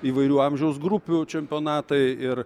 įvairių amžiaus grupių čempionatai ir